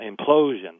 implosion